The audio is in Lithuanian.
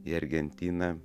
į argentiną